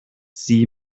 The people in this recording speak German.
sie